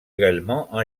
également